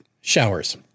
showers